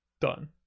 done